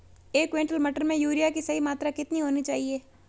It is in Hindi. एक क्विंटल मटर में यूरिया की सही मात्रा कितनी होनी चाहिए?